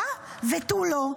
הא ותו לא.